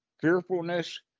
fearfulness